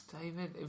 David